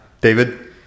David